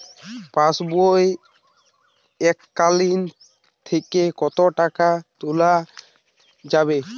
পাশবই এককালীন থেকে কত টাকা তোলা যাবে?